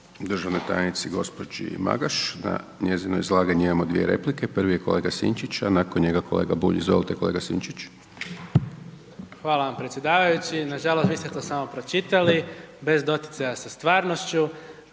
državnoj tajnici, gđi. Magaš. Na njezino izlaganje imamo dvije replike, prvi je kolega Sinčić, a nakon njega kolega Bulj, izvolite kolega Sinčić. **Sinčić, Ivan Vilibor (Živi zid)** Hvala vam predsjedavajući. Nažalost vi ste to samo pročitali, bez doticaja sa stvarnošću.